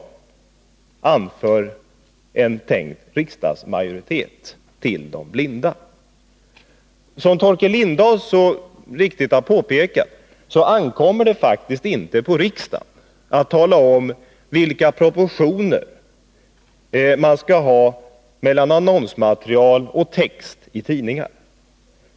De skälen anför en tänkt riksdagsmajoritet när det gäller de blinda. Som Torkel Lindahl så riktigt har påpekat ankommer det faktiskt inte på riksdagen att tala om vilka proportioner man skall ha mellan annonsmaterial och text i tidningar.